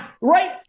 right